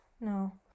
No